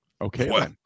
okay